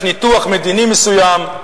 יש ניתוח מדיני מסוים,